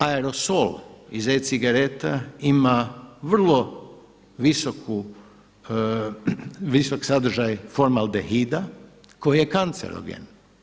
Aerosol iz e-cigareta ima vrlo visok sadržaj formaldehida koji je kancerogen.